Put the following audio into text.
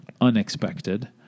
unexpected